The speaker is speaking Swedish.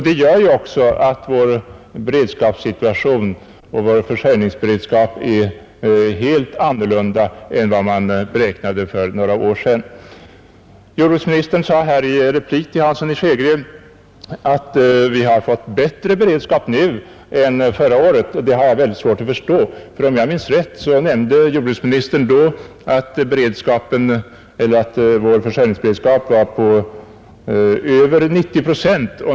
Det innebär också att vår beredskapssituation och försörjningssituation är en helt annan än vad man beräknade för några år sedan. Jordbruksministern sade i sin replik till herr Hansson i Skegrie att vi nu har bättre beredskap än förra året. Det har jag mycket svårt att förstå. Om jag minns rätt nämnde jordbruksministern då, att vår försörjningsberedskap låg på över 90 procent.